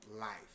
life